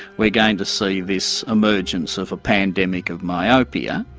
we're going to see this emergence of a pandemic of myopia.